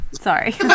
sorry